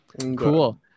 cool